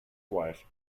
wife